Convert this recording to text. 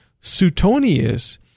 Suetonius